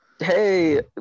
hey